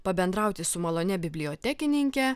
pabendrauti su malonia bibliotekininke